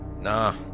nah